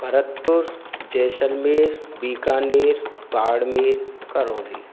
Bharatpur Jaisalmer Bikaner Barmer Karauli